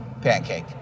pancake